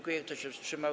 Kto się wstrzymał?